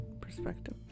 perspective